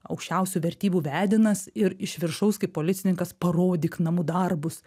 aukščiausių vertybių vedinas ir iš viršaus kaip policininkas parodyk namų darbus